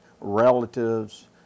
relatives